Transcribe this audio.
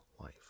life